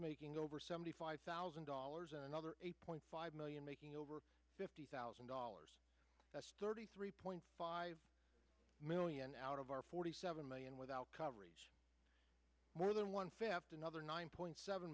making over seventy five thousand dollars another eight point five million making over fifty thousand dollars that's thirty three point five million out of our forty seven million without coverage more than one fifth another nine point seven